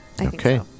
Okay